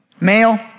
male